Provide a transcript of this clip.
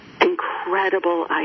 incredible